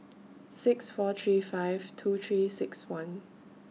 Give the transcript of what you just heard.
six four three five two three six one